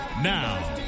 Now